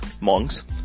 monks